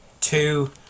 two